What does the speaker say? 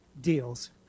deals